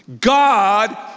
God